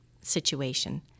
situation